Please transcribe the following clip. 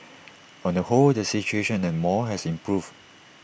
on the whole the situation at the mall has improved